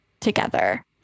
together